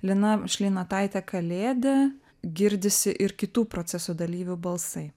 lina šleinotaite kalėde girdisi ir kitų proceso dalyvių balsai